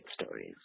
stories